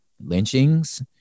lynchings